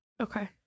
Okay